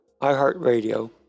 iHeartRadio